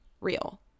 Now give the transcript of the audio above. real